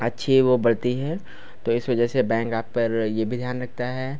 अच्छी वह बढ़ती है तो इस वजह से बैंक आप पर यह भी ध्यान रखता है